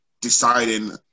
deciding